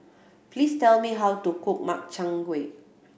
please tell me how to cook Makchang Gui